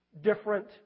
different